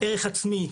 ערך עצמי,